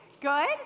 good